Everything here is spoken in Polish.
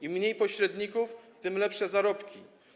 Im mniej pośredników, tym lepsze zarobki.